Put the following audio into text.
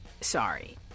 sorry